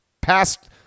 passed